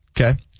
Okay